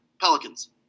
Pelicans